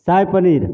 शाही paneer